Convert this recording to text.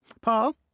Paul